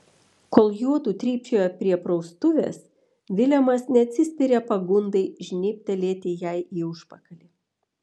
kol juodu trypčioja prie praustuvės vilemas neatsispiria pagundai žnybtelėti jai į užpakalį